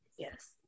yes